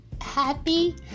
happy